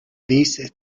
this